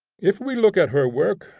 if we look at her work,